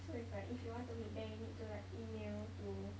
so it's like if you want to meet then you need to like email to